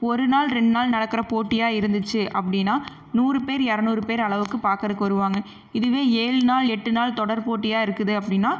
ஒருநாள் ரெண்டு நாள் நடக்கிற போட்டியாக இருந்துச்சு அப்படின்னா நூறு பேர் இரநூறு பேர் அளவுக்கு பார்க்கறக்கு வருவாங்க இதுவே ஏழு நாள் எட்டு நாள் தொடர் போட்டியாக இருக்குது அப்படின்னா